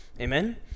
amen